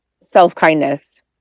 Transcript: self-kindness